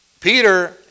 Peter